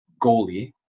goalie